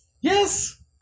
Yes